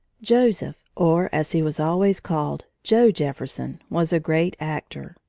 joseph, or as he was always called, joe jefferson was a great actor.